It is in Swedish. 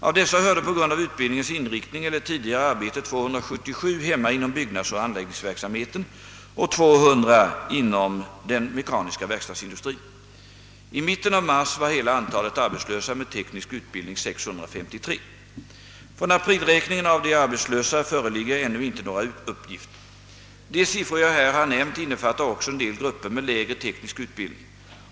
Av dessa hörde på grund av utbildningens inriktning eller tidi gare arbete 277 hemma inom byggnadsoch anläggningsverksamheten och 200 inom den mekaniska verkstadsindustrin. I mitten av mars var hela antalet arbetslösa med teknisk utbildning 653. Från aprilräkningen av de arbetslösa föreligger ännu inte några uppgifter. De siffror jag här har nämnt innefattar också en del grupper med lägre teknisk utbildning.